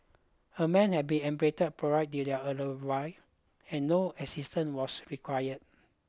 a man had been apprehended prior to their arrival and no assistance was required